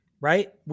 right